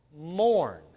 mourn